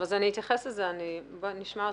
נשמע אתכם.